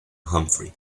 humphrey